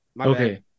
Okay